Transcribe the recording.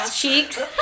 cheeks